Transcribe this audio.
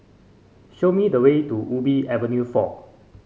show me the way to Ubi Avenue four